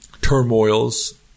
turmoils